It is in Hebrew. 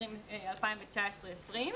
2019-2020,